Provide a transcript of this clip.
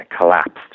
collapsed